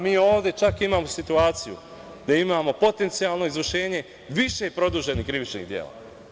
Mi, čak, imamo situaciju da imamo potencijalno izvršenje više produženih krivičnih dela.